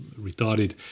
retarded